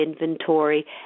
inventory